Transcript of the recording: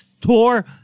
tour